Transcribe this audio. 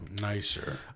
nicer